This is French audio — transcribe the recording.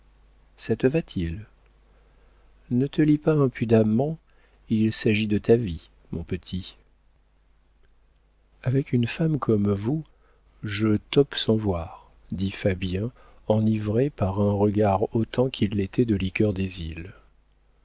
ça te va-t-il ne te lie pas imprudemment il s'agit de ta vie mon petit avec une femme comme vous je tope sans voir dit fabien enivré par un regard autant qu'il l'était de liqueurs des îles